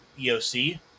EOC